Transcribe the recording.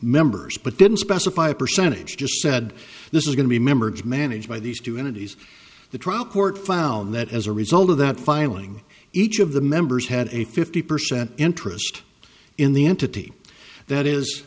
members but didn't specify a percentage just said this is going to be members managed by these two entities the trial court found that as a result of that filing each of the members had a fifty percent interest in the entity that is